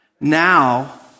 Now